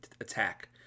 attack